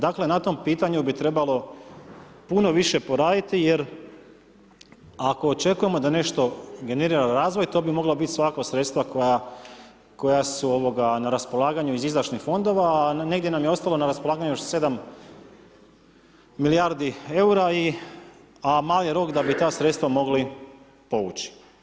Dakle, na tom pitanju bi trebalo puno više poraditi, jer ako očekujemo da nešto generira razvoj, to bi mogla biti svakako sredstva koja su na raspolaganju iz izdašnih fondova, a negdje nam je ostalo na raspolaganju još 7 milijardi eura a mali rok da bi ta sredstva mogli povući.